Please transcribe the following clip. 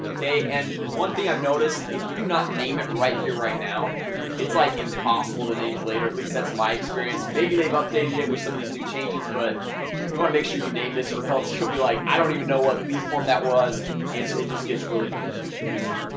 okay, and one thing i've noticed if you do not name it right here right now it's like impossible to name it later. at least that's my experience maybe they've updated it with some of these new changes but you want to make sure you name this or else he'll be like i don't even know what lead form that was and so it just gets really confused pusey.